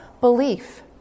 belief